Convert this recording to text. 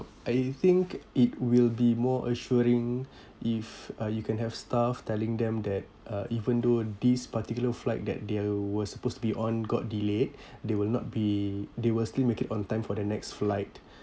I think it will be more assuring if uh you can have staff telling them that uh even though this particular flight that they were supposed to be on got delayed they will not be they will still make it on time for the next flight